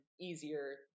easier